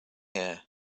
here